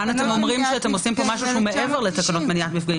כאן אתם אומרים שאתם עושים פה משהו שהוא מעבר לתקנות מניעת מפגעים